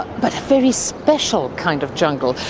but a very special kind of jungle.